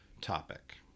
topic